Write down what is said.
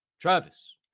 Travis